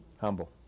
Humble